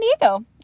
Diego